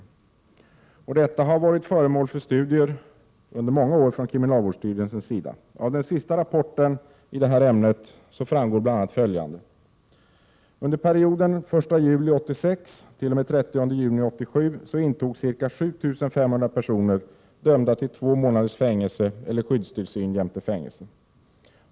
Detta förhållande har under många år varit föremål för studier från kriminalvårdsstyrelsens sida. Av den senaste rapporten i detta ämne framgår bl.a. följande. Under perioden den 1 juli 1986 t.o.m. den 30 juni 1987 intogs ca 7 500 personer dömda till två månaders fängelse eller skyddstillsyn jämte fängelse.